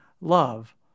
love